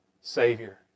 Savior